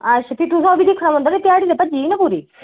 अच्छा भी तुसें उब्भी दिक्खना पौंदा निं ध्याड़ी ते भज्जी ई ना पूरी